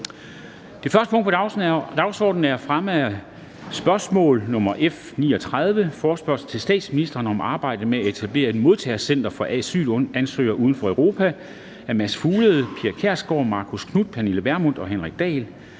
Det første punkt på dagsordenen er: 1) Spørgsmål om fremme af forespørgsel nr. F 39: Forespørgsel til statsministeren om arbejdet med at etablere et modtagecenter for asylansøgere uden for Europa. Af Mads Fuglede (V), Pia Kjærsgaard (DF), Marcus Knuth (KF), Pernille Vermund (NB) og Henrik Dahl